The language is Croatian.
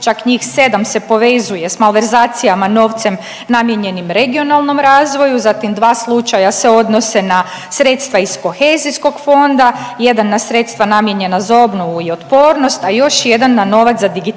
Čak njih 7 se povezuje s malverzacijama novcem namijenjenim regionalnom razvoju, zatim 2 slučaja se odnose na sredstva iz kohezijskog fonda, 1 na sredstva namijenjena za obnovu i otpornost, a još 1 na novac za digitalizaciju,